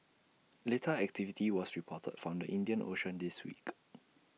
little activity was reported from the Indian ocean this week